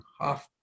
half